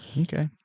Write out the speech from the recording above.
Okay